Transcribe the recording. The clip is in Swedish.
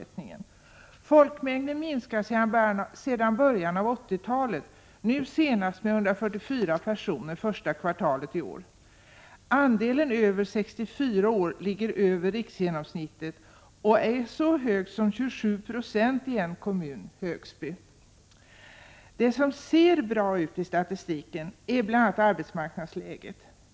Folkmängden minskar sedan början av 80-talet, nu senast med 144 personer första kvartalet iår. Andelen över 64 år ligger över riksgenomsnittet och är så hög som 27 46 i en kommun, Högsby. Det som ser bra ut i statistiken är bl.a. arbetsmarknadsläget.